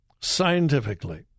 scientifically